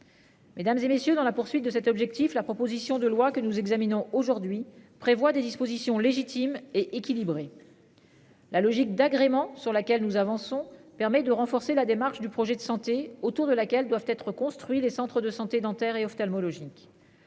Mesdames et messieurs dans la poursuite de cet objectif. La proposition de loi que nous examinons aujourd'hui prévoit des dispositions légitime et équilibrée. La logique d'agrément sur laquelle nous avançons permet de renforcer la démarche du projet de santé autour de laquelle doivent être construits les centres de santé dentaires et ophtalmologiques.